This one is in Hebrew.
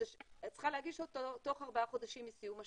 היא צריכה להגיש אותו תוך ארבעה חודשים מסיום השנה.